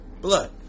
Blood